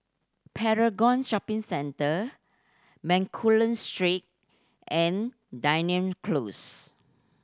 Paragon Shopping Centre Bencoolen Street and Dunearn Close